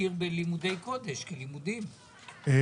שמכיר בלימודי קודש כלימודים,